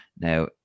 Now